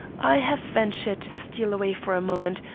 i have ventured to steal away for a moment,